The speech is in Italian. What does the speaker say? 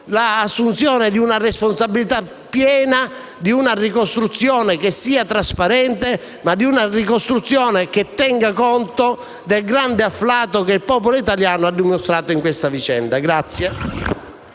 l'assunzione di una responsabilità piena per una ricostruzione che sia trasparente e tenga conto del grande afflato che il popolo italiano ha dimostrato in questa vicenda.